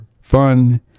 fun